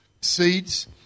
seeds